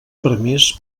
permís